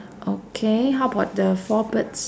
okay how about the four birds